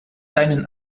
deinen